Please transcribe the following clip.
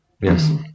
Yes